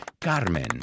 Carmen